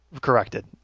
Corrected